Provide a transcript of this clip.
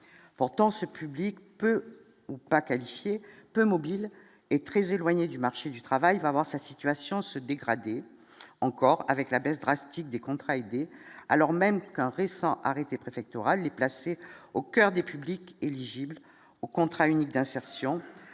pourtant ce public peu ou pas qualifiés, peu mobiles et très éloignés du marché du travail va voir sa situation se dégrader encore, avec la baisse drastique des contrats aidés, alors même qu'un récent arrêté préfectoral est placée au coeur des publics éligibles au contrat unique d'insertion